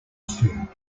food